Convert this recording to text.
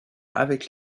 avec